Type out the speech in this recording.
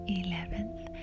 eleventh